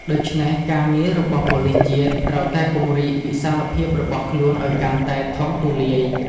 ដូច្នេះ ការងាររបស់ប៉ូលិសជាតិត្រូវតែពង្រីកវិសាលភាពរបស់ខ្លួនឲ្យកាន់តែធំទូលាយ។